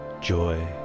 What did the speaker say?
joy